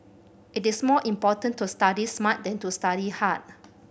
it is more important to study smart than to study hard